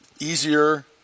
easier